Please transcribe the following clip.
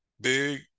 big